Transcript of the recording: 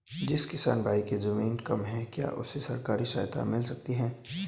जिस किसान भाई के ज़मीन कम है क्या उसे सरकारी सहायता मिल सकती है?